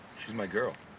she's my girl,